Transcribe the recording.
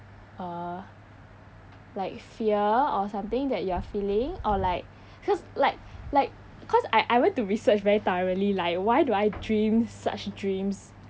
uh like fear or something that you are feeling or like cause like like cause I I went to research very thoroughly like why do I dream such dreams